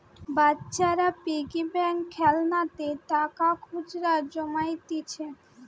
বাচ্চারা piggy bank খেলনাতে টাকা খুচরা জমাইতিছে